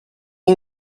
one